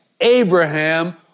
Abraham